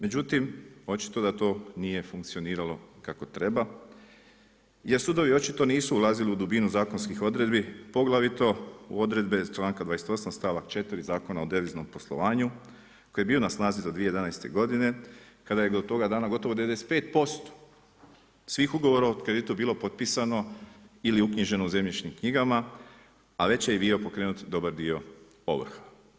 Međutim, očito da to nije funkcioniralo kako treba jer sudovi očito nisu ulazili u dubinu zakonskih odredbi poglavito u odredbe članka 28. stavaka 4. Zakona o deviznom poslovanju koji je bio na snazi do 2011. godine kada je do toga dana gotovo 95% svih ugovora o kreditu bilo potpisano ili uknjiženo u zemljišnim knjigama, a već je bio pokrenut dobar dio ovrha.